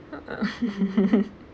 (uh huh)